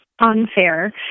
unfair